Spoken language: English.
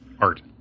art